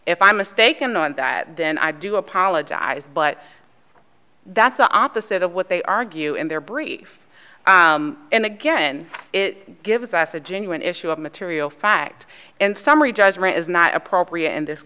if i'm mistaken on that then i do apologize but that's the opposite of what they argue in their brief and again it gives us a genuine issue of material fact and summary judgment is not appropriate in this